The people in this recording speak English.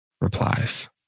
replies